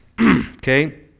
okay